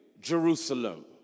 Jerusalem